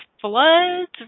floods